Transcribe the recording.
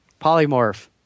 Polymorph